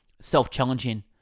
self-challenging